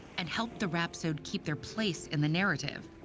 and helped the rhapsode keep their place in the narrative,